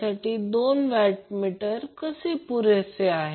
तर हे अनबॅलन्सड आहे